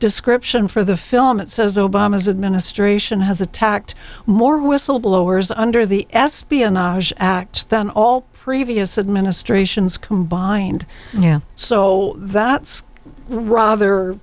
description for the film it says obama's administration has attacked more whistleblowers under the espionage act than all previous administrations combined and so that's rather